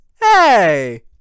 Hey